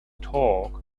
talk